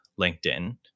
linkedin